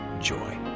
joy